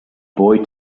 boy